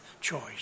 choice